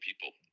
people